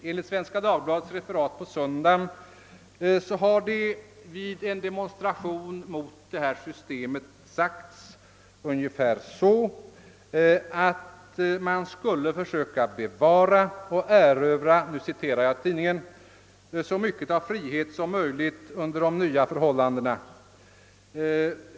Enligt Svenska Dagbladets referat på söndagen hade det vid en demonstration mot det nya systemet sagts att man skulle försöka »bevara och erövra så mycket av fritid som möjligt under de nya förhållandena».